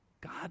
God